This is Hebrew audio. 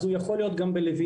אז הוא יכול להיות גם בלוינסקי.